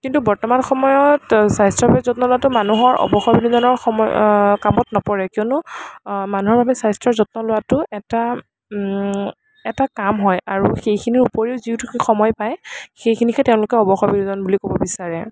কিন্তু বৰ্তমান সময়ত স্বাস্থ্য়ৰ প্ৰতি যত্ন লোৱাটো মানুহৰ অৱসৰ বিনোদনৰ সময় কামত নপৰে কিয়নো মানুহৰ বাবে স্বাস্থ্য়ৰ যত্ন লোৱাটো এটা এটা কাম হয় আৰু সেইখিনিৰ উপৰিও যি সময় পাই সেইখিনিহে তেওঁলোকৰ অৱসৰ বিনোদন বুলি ক'ব বিচাৰে